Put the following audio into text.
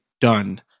done